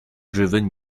driven